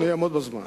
אני אעמוד בזמן.